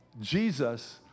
Jesus